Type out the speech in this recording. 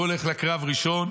הוא הולך לקרב ראשון,